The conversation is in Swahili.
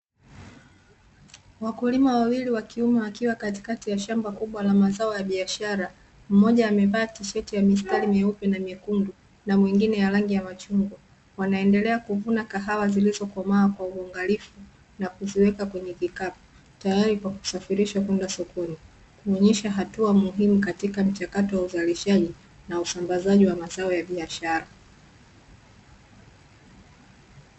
Wakulima wawili wa kiume wakiwa katikati ya shamba kubwa la mazao ya biashara, mmoja amevaa tisheti ya mistari meupe na mekundu na mwengine ya rangi ya machungwa, wanaendelea kuvuna kahawa zilizokomaa kwa uangalifu na kuziweka kwenye kikapu tayari kwa kusafirishwa kwenda sokoni. Huonyesha hatua muhimu katika mchakato wa uzalishaji na usambazaji wa mazao ya biashara.